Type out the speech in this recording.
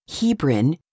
Hebron